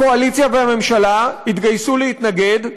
הקואליציה והממשלה התגייסו להתנגד.